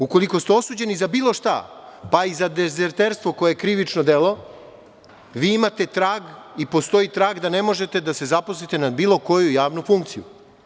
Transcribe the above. Ukoliko ste osuđeni za bilo šta, pa i za dezerterstvo koje je krivično delo, vi imate trag i postoji trag da ne možete da se zaposlite na bilo koju javnu funkciju.